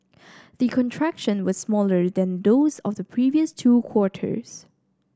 the contraction was smaller than those of the previous two quarters